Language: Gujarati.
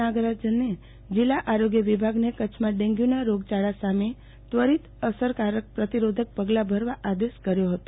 નાગરાજને જીલ્લા આરોગ્ય વિભાગને કચ્છમાં ડેન્ગ્યુના રોગયાળા સામે ત્વરિત અસરકારક પ્રતિરોધક પગલા ભરવા આદેશ કર્યો હતો